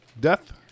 Death